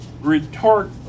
retort